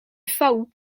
faou